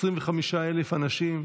25,000 אנשים,